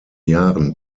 jahren